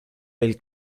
del